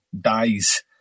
dies